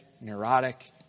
neurotic